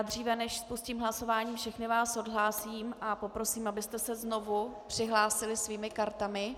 Dříve než spustím hlasování, všechny vás odhlásím a poprosím, abyste se znovu přihlásili svými kartami.